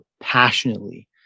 passionately